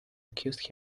accused